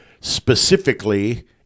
specifically